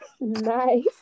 nice